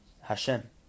Hashem